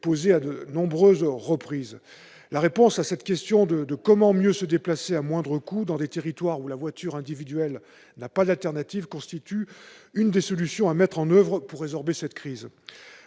posé à de nombreuses reprises. La réponse à cette question de « comment mieux se déplacer, à moindre coût », dans des territoires où la voiture individuelle n'a pas d'alternative, constitue une des solutions à mettre en oeuvre pour résorber cette crise.